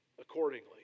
accordingly